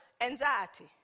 anxiety